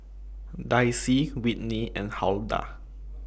Dicy Whitney and Huldah